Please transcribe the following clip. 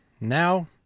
now